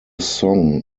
song